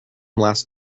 last